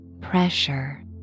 pressure